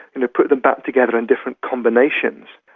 and put them back together in different combinations,